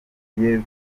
bigiye